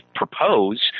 propose